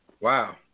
Wow